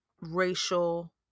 racial